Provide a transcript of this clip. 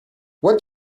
what